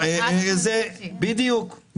בדיוק.